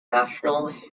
national